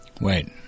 Wait